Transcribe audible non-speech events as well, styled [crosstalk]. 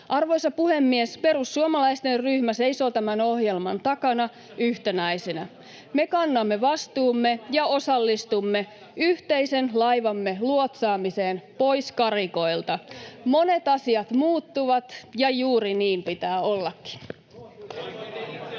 Arvoisa puhemies! Perussuomalaisten ryhmä seisoo tämän ohjelman takana yhtenäisenä. [laughs] Me kannamme vastuumme ja osallistumme yhteisen laivamme luotsaamiseen pois karikoilta. Monet asiat muuttuvat, ja juuri niin pitää ollakin.